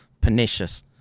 pernicious